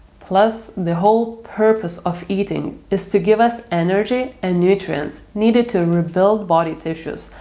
plus, the whole purpose of eating is to give us energy and nutrients needed to rebuild body tissues,